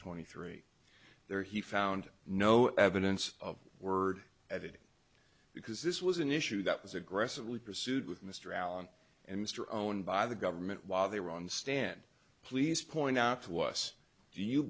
twenty three there he found no evidence of word at it because this was an issue that was aggressively pursued with mr allen and mr own by the government while they were on the stand please point out to us do you